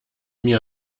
mir